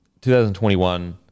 2021